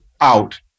out